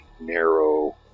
narrow